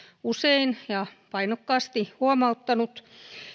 usein ja painokkaasti huomauttanut